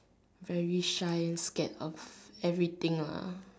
very shy and scared of everything ah